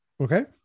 Okay